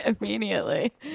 immediately